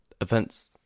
events